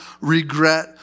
regret